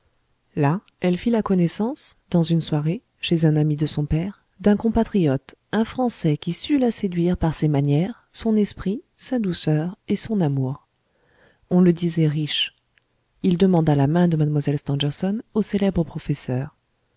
là elle fit la connaissance dans une soirée chez un ami de son père d'un compatriote un français qui sut la séduire par ses manières son esprit sa douceur et son amour on le disait riche il demanda la main de mlle stangerson au célèbre professeur